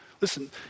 Listen